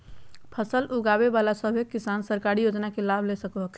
फसल उगाबे बला सभै किसान सरकारी योजना के लाभ ले सको हखिन